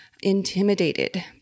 intimidated